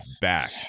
back